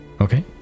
Okay